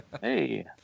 hey